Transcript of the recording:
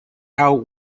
out